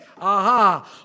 Aha